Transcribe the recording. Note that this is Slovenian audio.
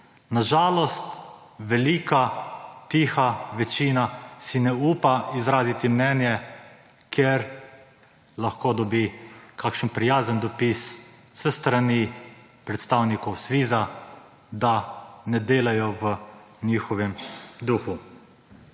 Na žalost velika tiha večina si ne upa izraziti mnenje, ker lahko dobi kakšen prijazen dopis s strani predstavnikov SVIZ, da ne delajo v njihovem duhu.